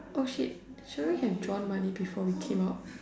oh shit should we have drawn money before we came out